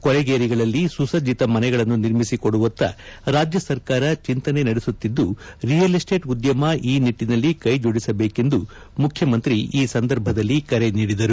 ಕೊಳಗೇರಿಗಳಲ್ಲಿ ಸುಸುಜ್ಜಿತ ಮನೆಗಳನ್ನು ನಿರ್ಮಿಸಿ ಕೊಡುವತ್ತ ರಾಜ್ಯ ಸರ್ಕಾರ ಚಿಂತನೆ ನಡೆಸುತ್ತಿದ್ದು ರಿಯಲ್ ಎಸ್ವೇಟ್ ಉದ್ಯಮ ಈ ನಿಟ್ಟಿನಲ್ಲಿ ಕೈ ಜೋಡಿಸಬೇಕೆಂದು ಮುಖ್ಯಮಂತ್ರಿ ಈ ಸಂದರ್ಭದಲ್ಲಿ ಕರೆ ನೀಡಿದರು